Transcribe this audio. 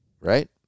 right